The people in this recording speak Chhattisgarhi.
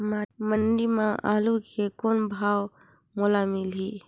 मंडी म आलू के कौन भाव मोल मिलही?